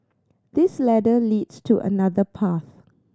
this ladder leads to another path